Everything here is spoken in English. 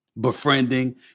befriending